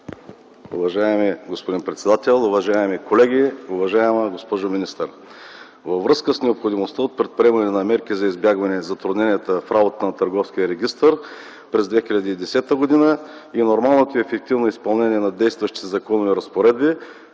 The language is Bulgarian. Уважаеми господин председател, уважаеми колеги, уважаема госпожо министър! Във връзка с необходимостта от предприемане на мерки за избягване затрудненията в работата на Търговския регистър през 2010 г. и нормалното ефективно изпълнение на действащите законови разпоредби,